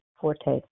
forte